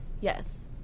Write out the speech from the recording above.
yes